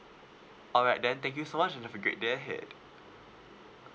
alright then thank you so much you've a great day ahead